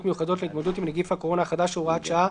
מיוחדות להתמודדות עם נגיף הקורונה החדש (הוראת שעה)